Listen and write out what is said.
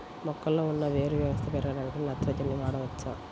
మొక్కలో ఉన్న వేరు వ్యవస్థ పెరగడానికి నత్రజని వాడవచ్చా?